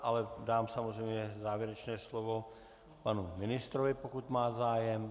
Ale dám samozřejmě závěrečné slovo panu ministrovi, pokud má zájem.